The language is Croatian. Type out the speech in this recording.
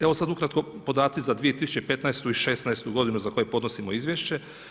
Evo, sad ukratko podaci za 2015. i 2016. godinu za koje podnosimo izvješće.